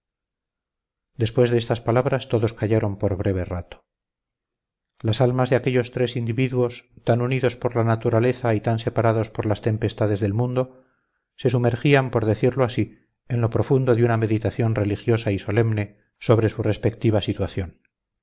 después de estas palabras todos callaron por breve rato las almas de aquellos tres individuos tan unidos por la naturaleza y tan separados por las tempestades del mundo se sumergían por decirlo así en lo profundo de una meditación religiosa y solemne sobre su respectiva situación